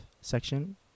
section